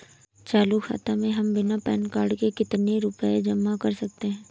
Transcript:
चालू खाता में हम बिना पैन कार्ड के कितनी रूपए जमा कर सकते हैं?